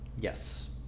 Yes